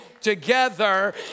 together